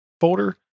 folder